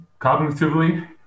cognitively